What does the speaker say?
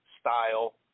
style